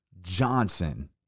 Johnson